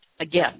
again